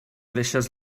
deixes